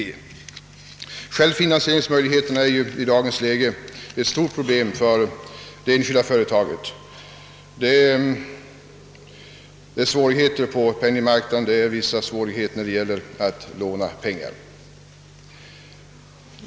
Självfinansieringen är i dagens läge ett stort problem för enskilda företag. Det är svårt att få låna pengar på penningmarknaden.